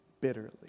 bitterly